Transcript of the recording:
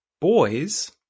boys